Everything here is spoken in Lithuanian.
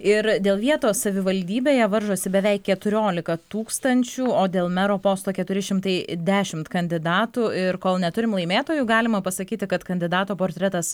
ir dėl vietos savivaldybėje varžosi beveik keturiolika tūkstančių o dėl mero posto keturi šimtai dešimt kandidatų ir kol neturim laimėtojų galima pasakyti kad kandidato portretas